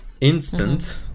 instant